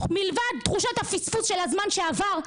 מלבד תחושת הפספוס של הזמן שעבר,